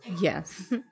Yes